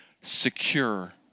secure